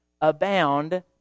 abound